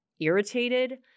irritated